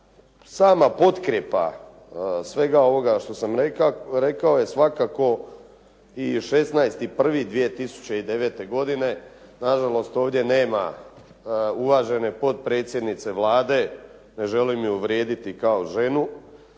Sama podkrijepa svega ovoga što sam rekao je svakako i 16.1.2009. godine. Na žalost ovdje nema uvažene potpredsjednice Vlade, ne želim je uvrijediti kao ženu,